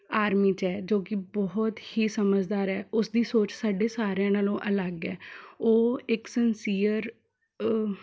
army 'ਚ ਹੈ ਜੋ ਕਿ ਬਹੁਤ ਹੀ ਸਮਝਦਾਰ ਹੈ ਉਸ ਦੀ ਸੋਚ ਸਾਡੇ ਸਾਰਿਆਂ ਨਾਲੋਂ ਅਲੱਗ ਹੈ ਉਹ ਇੱਕ ਸਨਸੀਅਰ